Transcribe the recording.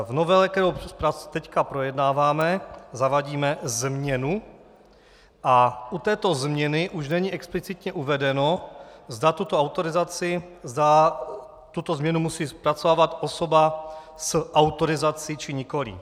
V novele, kterou nyní projednáváme, zavádíme změnu a u této změny už není explicitně uvedeno, zda tuto autorizaci, zda tuto změnu musí zpracovávat osoba s autorizací, či nikoli.